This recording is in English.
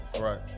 Right